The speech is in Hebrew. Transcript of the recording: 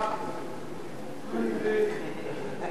סעיפים 1 2